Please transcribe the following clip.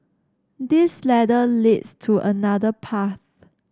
this ladder leads to another path